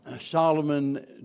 Solomon